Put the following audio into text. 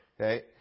Okay